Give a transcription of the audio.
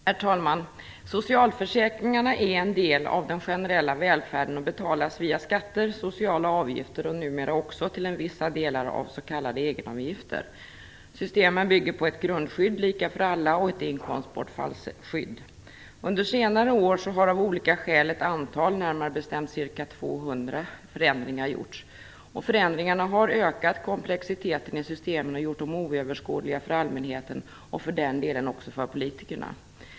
Herr talman! Socialförsäkringarna är en del av den generella välfärden och betalas via skatter, sociala avgifter och numera också till vissa delar av s.k. egenavgifter. Systemen bygger på ett grundskydd lika för alla och ett inkomstbortfallsskydd. Under senare år har av olika skäl ett antal, närmare bestämt ca 200, förändringar gjorts. Förändringarna har ökat komplexiteten i systemen och gjort dem oöverskådliga för allmänheten, och för den delen också för politikerna.